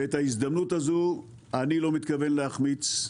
את ההזדמנות הזו, אני לא מתכוון להחמיץ,